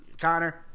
Connor